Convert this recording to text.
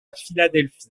philadelphie